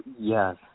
Yes